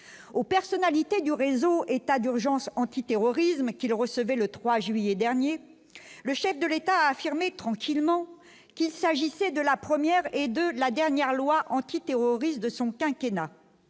aux personnalités du réseau, état d'urgence anti-terrorisme qu'il recevait le 3 juillet dernier, le chef de l'État a affirmé tranquillement qu'il s'agissait de la première et de la dernière loi antiterroriste de son quinquennat.